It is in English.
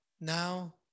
now